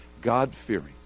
God-fearing